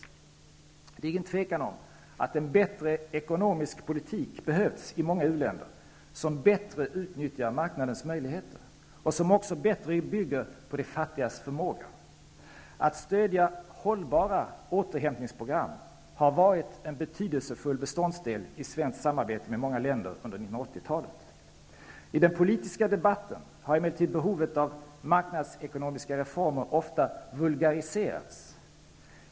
Det råder inget tvivel om att en bättre ekonomisk politik skulle ha behövts i många u-länder, en politik som bättre utnyttjar marknadens möjligheter och som också bättre bygger på de fattigas förmåga. Att stödja hållbara återhämtningsprogram har varit en betydelsefull beståndsdel i svenskt samarbete med många länder under 1980-talet. I den politiska debatten har emellertid behovet av marknadsekonomiska reformer ofta vulgariserats.